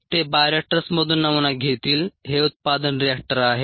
ते बायोरिएक्टर्समधून नमुना घेतील हे उत्पादन रिएक्टर आहे